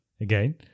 again